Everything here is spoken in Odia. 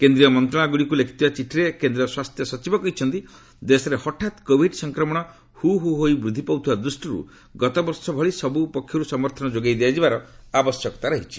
କେନ୍ଦ୍ରୀୟ ମନ୍ତ୍ରଣାଳୟ ଗୁଡ଼ିକୁ ଲେଖିଥିବା ଚିଠିରେ କେନ୍ଦ୍ର ସ୍ୱାସ୍ଥ୍ୟ ସଚିବ କହିଛନ୍ତି ଦେଶରେ ହଠାତ୍ କୋଭିଡ୍ ସଂକ୍ରମଣ ହୁ ହୋଇ ବୃଦ୍ଧି ପାଉଥିବା ଦୃଷ୍ଟିରୁ ଗତବର୍ଷ ଭଳି ସବୁ ପକ୍ଷରୁ ସମର୍ଥନ ଯୋଗାଇ ଦିଆଯିବାର ଆବଶ୍ୟକତା ରହିଛି